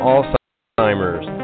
Alzheimer's